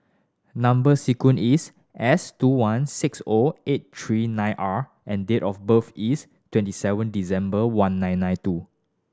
number sequence is S two one six O eight three nine R and date of birth is twenty seven December one nine nine two